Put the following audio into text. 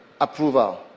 approval